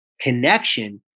Connection